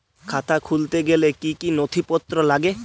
খাতা খুলতে গেলে কি কি নথিপত্র লাগে?